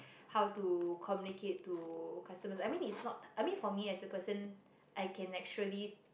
how to communicate to customers I mean is not I for me as a person I can actually